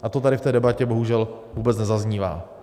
A to tady v té debatě bohužel vůbec nezaznívá.